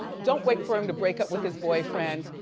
don't wait for him to break up with his boyfriend.